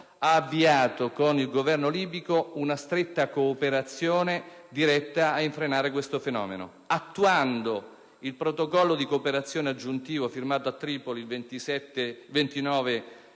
ha avviato con quello libico una stretta cooperazione diretta a frenare questo fenomeno, attuando il Protocollo di cooperazione aggiuntivo, firmato a Tripoli il 29 dicembre